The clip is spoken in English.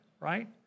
right